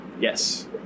yes